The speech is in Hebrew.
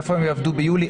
איפה הם יעבדו ביולי,